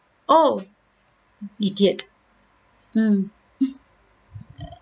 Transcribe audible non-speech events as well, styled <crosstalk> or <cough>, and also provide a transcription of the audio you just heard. oh idiot mm <noise>